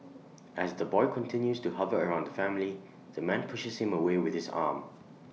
as the boy continues to hover around the family the man pushes him away with his arm